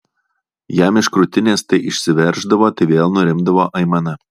jam iš krūtinės tai išsiverždavo tai vėl nurimdavo aimana